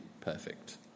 perfect